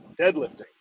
deadlifting